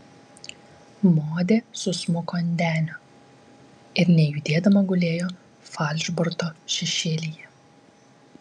modė susmuko ant denio ir nejudėdama gulėjo falšborto šešėlyje